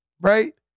right